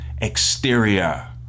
exterior